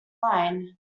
line